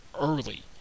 early